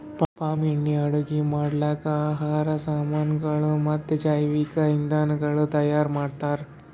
palm ಎಣ್ಣಿ ಅಡುಗಿ ಮಾಡ್ಲುಕ್, ಆಹಾರ್ ಸಾಮನಗೊಳ್ ಮತ್ತ ಜವಿಕ್ ಇಂಧನಗೊಳ್ ತೈಯಾರ್ ಮಾಡ್ತಾರ್